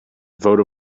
vote